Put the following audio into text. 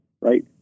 right